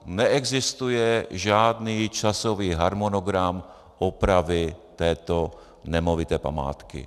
Neexistuje žádný časový harmonogram opravy této nemovité památky.